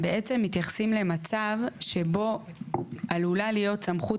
הם בעצם מתייחסים למצב שבו עלולה להיות סמכות